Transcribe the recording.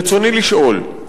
רצוני לשאול: